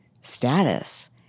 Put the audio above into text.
status